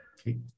okay